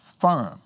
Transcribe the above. firm